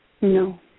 No